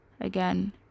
again